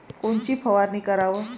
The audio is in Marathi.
कोनची फवारणी कराव?